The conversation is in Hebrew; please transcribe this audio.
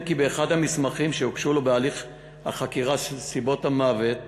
כי באחד המסמכים שהוגשו לו בהליך החקירה של סיבות המוות